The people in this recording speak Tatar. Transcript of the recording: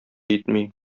итми